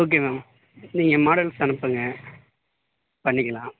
okay ma'am நீங்கள் models அனுப்புங்கள் பண்ணிக்கலாம்